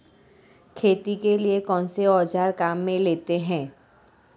खेती के लिए कौनसे औज़ार काम में लेते हैं?